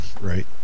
right